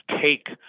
take